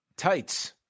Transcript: tights